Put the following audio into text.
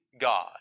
God